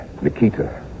Nikita